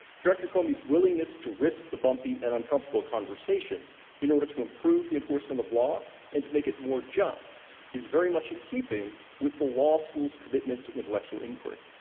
director comey's willingness to risk the bumpy and uncomfortable conversation in order to improve the enforcement of law and to make it more just is very much in keeping with the law school's commitment to intellectual inquiry.